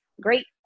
great